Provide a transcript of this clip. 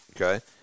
okay